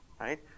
right